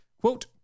quote